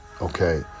Okay